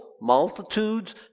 multitudes